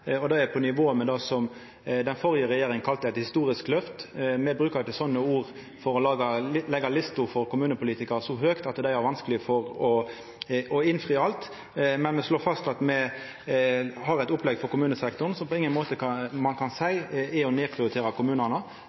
noko som er på nivå med det som den førre regjeringa kalla eit historisk løft. Me bruker ikkje slike ord for å leggja lista for kommunepolitikarane så høgt at dei har vanskeleg for å innfri alt, men me slår fast at me har eit opplegg for kommunesektoren som ein på ingen måte kan seia er å nedprioritera kommunane,